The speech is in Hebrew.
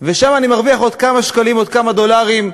ושם אני מרוויח עוד כמה שקלים, עוד כמה דולרים,